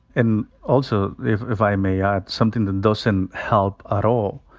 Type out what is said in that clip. and also, if if i may add, something that doesn't help at all,